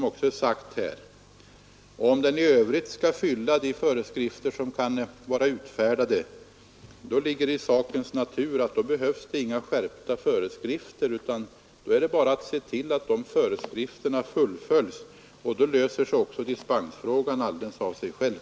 Om den i övrigt fyller de krav som kan vara utfärdade, ligger det i sakens natur att det inte behövs några skärpta föreskrifter. Det är bara att se till att gällande föreskrifter följs; då löser sig också dispensfrågan av sig själv.